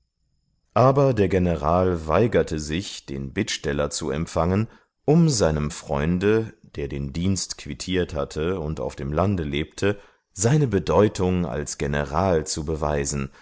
aber der general weigerte sich den bittsteller zu empfangen um seinem freunde der den dienst quittiert hatte und auf dem lande lebte seine bedeutung als general zu beweisen